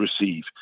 receive